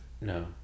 No